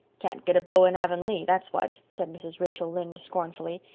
can't get a beau in avonlea, that's what, said mrs. rachel lynde scornfully.